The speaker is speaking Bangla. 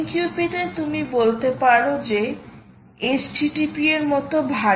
AMQP তে তুমি বলতে পারো যে HTTP এর মতো ভারী